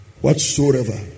Whatsoever